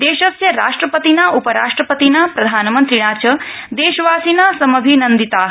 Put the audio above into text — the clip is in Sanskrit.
देशस्य राष्टपतिना उपराष्ट्रपतिना प्रधानमन्त्रिणा च देशवासिन समभिनन्दिता